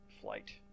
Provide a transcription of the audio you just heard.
flight